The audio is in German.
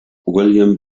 william